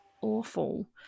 awful